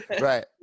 Right